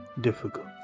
difficult